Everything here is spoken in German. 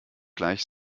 gleich